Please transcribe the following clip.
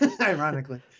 ironically